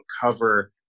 cover